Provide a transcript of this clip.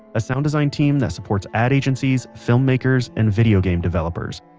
a sound design team that supports ad agencies, filmmakers, and video game developers.